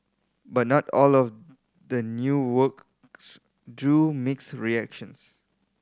but not all of the new works drew mixed reactions